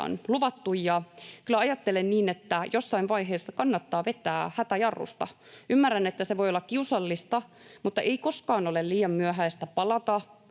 luvattu. Kyllä ajattelen niin, että jossain vaiheessa kannattaa vetää hätäjarrusta. Ymmärrän, että se voi olla kiusallista, mutta ei koskaan ole liian myöhäistä palata